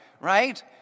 right